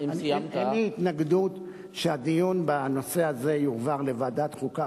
אין לי התנגדות שהדיון בנושא הזה יועבר לוועדת חוקה,